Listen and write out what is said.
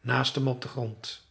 naast hem op den grond